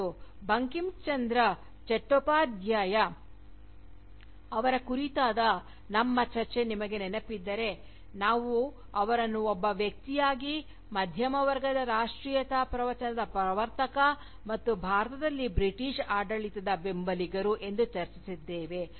ಮತ್ತು ಬಂಕಿಮ್ ಚಂದ್ರ ಚಟ್ಟೋಪಾಧ್ಯಾಯ ಅವರ ಕುರಿತಾದ ನಮ್ಮ ಚರ್ಚೆ ನಿಮಗೆ ನೆನಪಿದ್ದರೆ ನಾವು ಅವರನ್ನು ಒಬ್ಬ ವ್ಯಕ್ತಿಯಾಗಿ ಮಧ್ಯಮ ವರ್ಗದ ರಾಷ್ಟ್ರೀಯತೆಯ ಪ್ರವಚನದ ಪ್ರವರ್ತಕ ಮತ್ತು ಭಾರತದಲ್ಲಿ ಬ್ರಿಟಿಷ್ ಆಡಳಿತದ ಬೆಂಬಲಿಗರು ಎಂದು ಚರ್ಚಿಸಿದ್ದೇವೆ